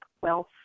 wealth